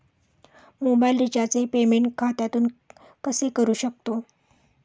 Mobile रिचार्जचे payment खात्यातून कसे करू शकतो?